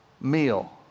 meal